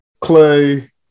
Clay